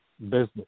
business